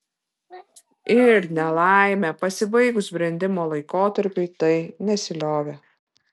ir nelaimė pasibaigus brendimo laikotarpiui tai nesiliovė